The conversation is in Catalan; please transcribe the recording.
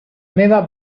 meva